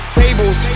tables